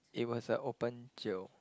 it was a open jio